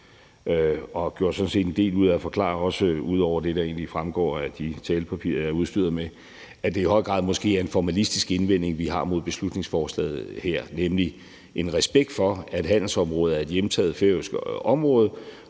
jeg har sådan set gjort en del ud af at forklare – også ud over det, der egentlig fremgår af de talepapirer, jeg er udstyret med – at det i høj grad måske er en formalistisk indvending, vi har imod beslutningsforslaget her, nemlig en respekt for, at handelsområdet er et hjemtaget færøsk område,